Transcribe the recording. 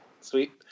Sweet